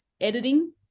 editing